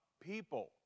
people